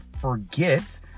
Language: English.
forget